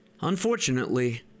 unfortunately